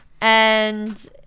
And-